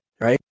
right